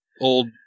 old